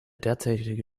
derzeitige